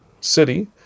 city